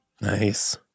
Nice